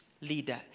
leader